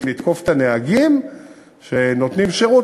לתקוף את הנהגים שנותנים שירות.